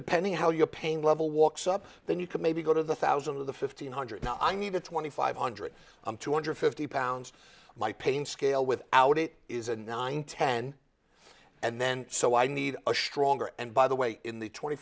depending how your pain level walks up then you could maybe go to the thousand of the fifteen hundred now i'm even twenty five hundred two hundred fifty pounds my pain scale without it is a nine ten and then so i need a stronger and by the way in the twenty